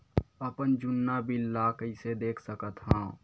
अपन जुन्ना बिल ला कइसे देख सकत हाव?